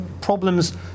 problems